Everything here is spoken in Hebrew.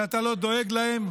שאתה לא דואג להם,